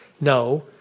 No